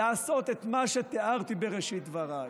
לעשות את מה שתיארתי בראשית דבריי.